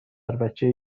بچه